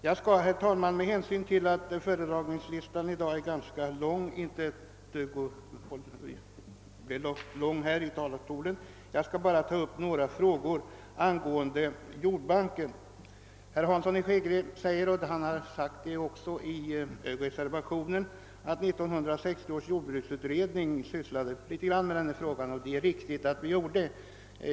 Jag skall, herr talman, med hänsyn till att föredragningslistan i dag är ganska lång inte dröja länge i talarstolen, utan vill bara ta upp några frågor angående jordbanken. Herr Hansson i Skegrie nämnde — det framhålls också i reservationen 1 — att 1960 års jordbruksutredning sysslade litet med denna fråga. Det är alldeles riktigt.